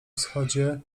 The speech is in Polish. wschodzie